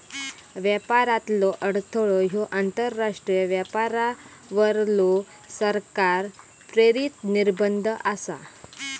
व्यापारातलो अडथळो ह्यो आंतरराष्ट्रीय व्यापारावरलो सरकार प्रेरित निर्बंध आसा